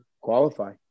qualify